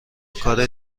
کار